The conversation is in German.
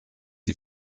die